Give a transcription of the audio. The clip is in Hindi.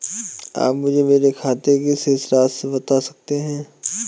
आप मुझे मेरे खाते की शेष राशि बता सकते हैं?